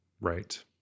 Right